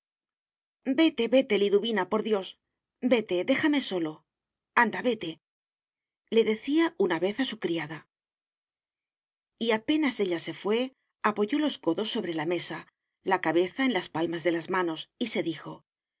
vete vete liduvina por dios vete déjame solo anda vete le decía una vez a su criada y apenas ella se fué apoyó los codos sobre la mesa la cabeza en las palmas de las manos y se dijo